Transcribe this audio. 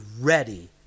ready